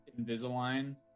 Invisalign